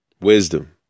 wisdom